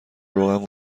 روغن